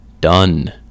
Done